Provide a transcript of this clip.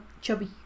chubby